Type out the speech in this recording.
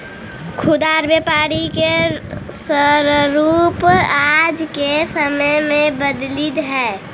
खुदरा व्यापार के स्वरूप आज के समय में बदलित हइ